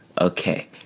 okay